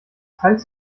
hals